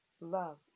Love